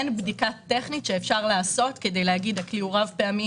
אין בדיקה טכנית שיכולה להגיד אם הכלי הוא רב-פעמי